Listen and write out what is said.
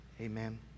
amen